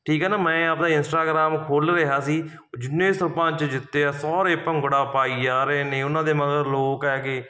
ਠੀਕ ਹੈ ਨਾ ਮੈਂ ਆਪਣਾ ਇੰਸਟਾਗਰਾਮ ਖੋਲ੍ਹ ਰਿਹਾ ਸੀ ਜਿੰਨੇ ਸਰਪੰਚ ਜਿੱਤੇ ਆ ਸਾਰੇ ਭੰਗੜਾ ਪਾਈ ਜਾ ਰਹੇ ਨੇ ਉਹਨਾਂ ਦੇ ਮਗਰ ਲੋਕ ਹੈਗੇ